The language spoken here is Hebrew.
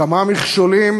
כמה מכשולים